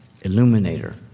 illuminator